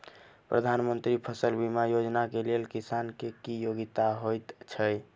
प्रधानमंत्री फसल बीमा योजना केँ लेल किसान केँ की योग्यता होइत छै?